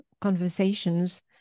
conversations